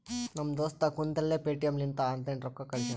ನಮ್ ದೋಸ್ತ ಕುಂತಲ್ಲೇ ಪೇಟಿಎಂ ಲಿಂತ ಆನ್ಲೈನ್ ರೊಕ್ಕಾ ಕಳ್ಶ್ಯಾನ